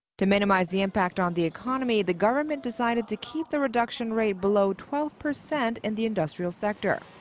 to minimize the impact on the economy, the government decided to keep the reduction rate below twelve percent in the industrial sector.